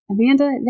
Amanda